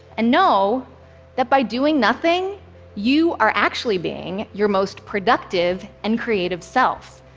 and know that by doing nothing you are actually being your most productive and creative self.